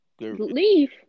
leave